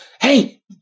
hey